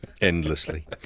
endlessly